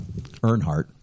Earnhardt